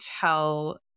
tell